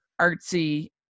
artsy